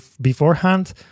beforehand